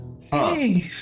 hey